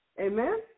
Amen